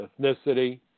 ethnicity